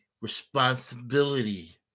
responsibility